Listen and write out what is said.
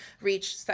reach